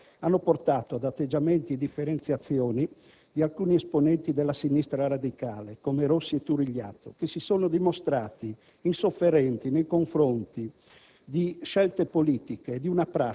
sul tema della politica estera, hanno portato ad atteggiamenti e differenziazioni di alcuni esponenti della sinistra radicale, come i senatori Rossi e Turigliatto, che si sono dimostrati insofferenti nei confronti